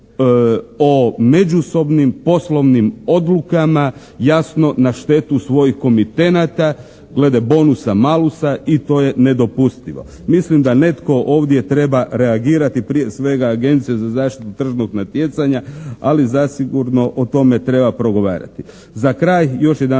o međusobnim poslovnim odlukama jasno na štetu svojih komitenata glede bonusa Malusa i to je nedopustivo. Mislim da netko ovdje treba reagirati prije svega Agencija za zaštitu tržnog natjecanja, ali zasigurno o tome treba progovarati. Za kraj još jedanput